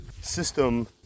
system